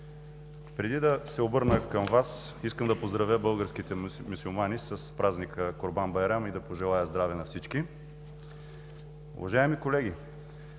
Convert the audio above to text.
Преди да се обърна към Вас, искам да поздравя българските мюсюлмани с празника Курбан байрам и да пожелая здраве на всички! Уважаеми колеги,